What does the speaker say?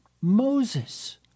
Moses